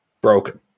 broken